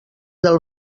del